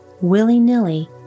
willy-nilly